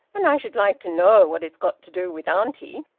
and i should like to know what it's got to do with auntie!